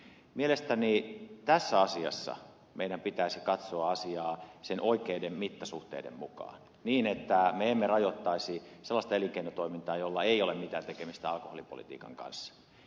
mielestäni tässä asiassa meidän pitäisi katsoa asiaa sen oikeiden mittasuhteiden mukaan niin että me emme rajoittaisi sellaista elinkeinotoimintaa jolla ei ole mitään tekemistä alkoholipolitiikan kanssa